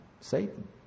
Satan